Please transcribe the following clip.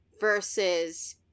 versus